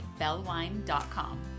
bellwine.com